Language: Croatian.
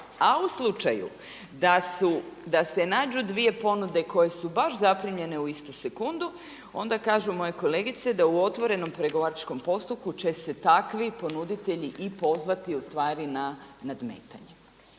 a u slučaju da se nađu dvije ponude koje su baš zaprimljene u istu sekundu ona kažu moje kolegice da u otvorenom pregovaračkom postupku će se takvi ponuditelji i pozvati ustvari na nadmetanje.